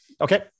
Okay